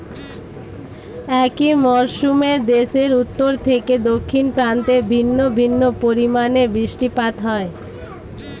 একই মরশুমে দেশের উত্তর থেকে দক্ষিণ প্রান্তে ভিন্ন ভিন্ন পরিমাণে বৃষ্টিপাত হয়